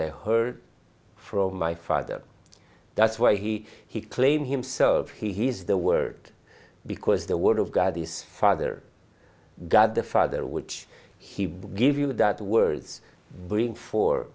they heard from my father that's why he he claimed himself he is the word because the word of god is father god the father which he give you that words bring for